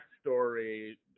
story